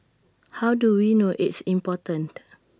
how do we know it's important